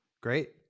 Great